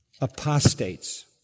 apostates